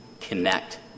connect